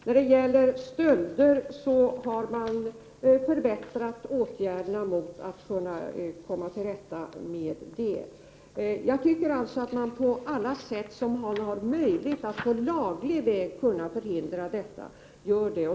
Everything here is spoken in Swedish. När det gäller stölder har man vidtagit kraftigare åtgärder för att komma till rätta med dessa. Jag tycker att man på alla sätt försöker göra det som är möjligt för att på laglig väg förhindra hantering av dopingpreparat.